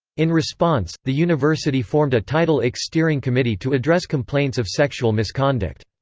in response, the university formed a title ix steering committee to address complaints of sexual misconduct.